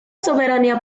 soberanía